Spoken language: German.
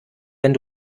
wenn